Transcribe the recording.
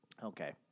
Okay